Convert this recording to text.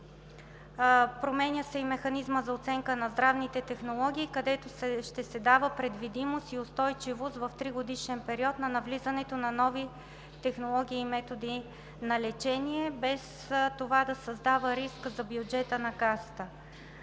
Променя се и механизмът за оценка на здравните технологии, където ще се дава предвидимост и устойчивост в тригодишен период на навлизането на нови технологии и методи на лечение, без това да създава риск за бюджета на Касата.